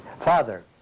father